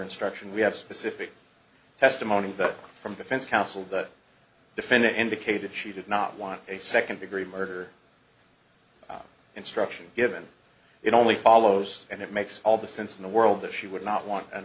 instruction we have specific testimony from defense counsel that defendant indicated she did not want a second degree murder instruction given it only follows and it makes all the sense in the world that she would not want an